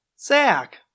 Zach